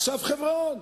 עכשיו חברון.